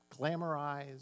glamorize